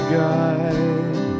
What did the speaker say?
guide